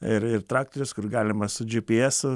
ir ir traktorius kur galima su džipyesu